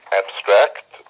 abstract